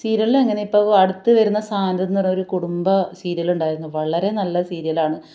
സീരിയലില് എങ്ങനെയാണ് ഇപ്പോൾ അടുത്തു വരുന്ന സാന്ത്വനം എന്ന് പറയുന്ന കുടുംബ സീരിയല് ഉണ്ടായിരുന്നു വളരെ നല്ല സീരിയലാണ്